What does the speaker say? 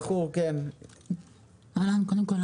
קודם כול,